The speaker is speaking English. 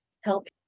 help